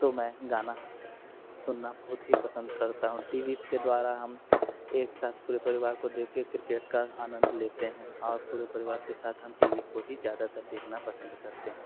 तो मैं गाना सुनना बहुत ही पसंद करता हूँ टी वी के द्वारा हम एक साथ पूरे परिवार को देख के क्रिकेट का आनंद लेते हैं और पूरे परिवार के साथ हम टी वी को ही ज़्यादातर देखना पसंद करते हैं